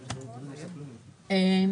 6 מיליון שקלים ל-110 אוטובוסים.